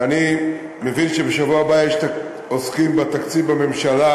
ואני מבין שבשבוע הבא עוסקים בתקציב בממשלה,